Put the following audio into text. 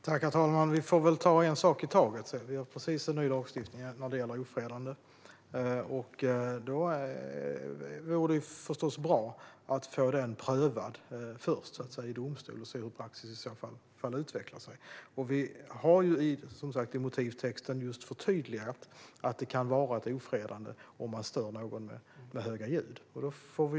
Herr talman! Vi får väl ta en sak i taget. Vi har just fått en ny lagstiftning när det gäller ofredande. Det vore förstås bra att först få den prövad i domstol och se hur praxis utvecklar sig. Vi har som sagt i motivtexten förtydligat just att det kan vara ett ofredande om man stör någon med höga ljud.